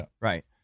Right